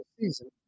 season